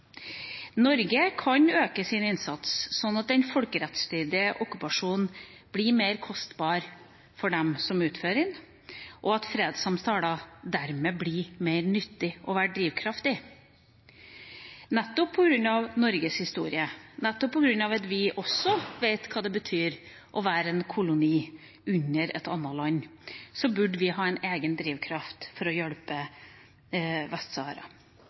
Norge kan øke sin innsats, slik at den folkerettsstridige okkupasjonen blir mer kostbar for dem som utfører den, og at fredssamtaler dermed blir mer nyttige og får større drivkraft. Nettopp på grunn av Norges historie, nettopp fordi vi vet hva det betyr å være en koloni under et annet land, så burde vi ha en egen drivkraft for å hjelpe